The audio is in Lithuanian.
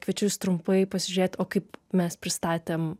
kviečiu jus trumpai pasižiūrėt o kaip mes pristatėm